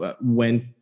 went